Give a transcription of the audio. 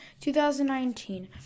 2019